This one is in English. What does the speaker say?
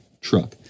truck